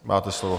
Máte slovo.